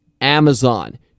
Amazon